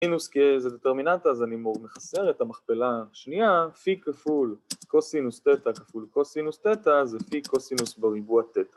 קוסינוס, כי זה דטרמינטה, אז אני מחסר את המכפלה השנייה פי כפול קוסינוס תטא כפול קוסינוס תטא זה פי קוסינוס בריבוע תטא